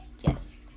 yes